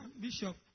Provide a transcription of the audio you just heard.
Bishop